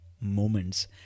moments